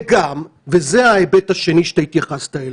וגם, וזה ההיבט שאתה התייחסת אליו,